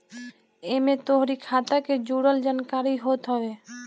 एमे तोहरी खाता के जुड़ल जानकारी होत हवे